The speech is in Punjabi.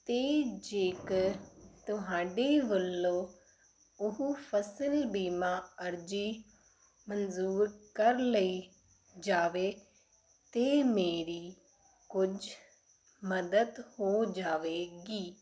ਅਤੇ ਜੇਕਰ ਤੁਹਾਡੇ ਵੱਲੋਂ ਉਹ ਫਸਲ ਬੀਮਾ ਅਰਜ਼ੀ ਮਨਜ਼ੂਰ ਕਰ ਲਈ ਜਾਵੇ ਅਤੇ ਮੇਰੀ ਕੁਝ ਮਦਦ ਹੋ ਜਾਵੇਗੀ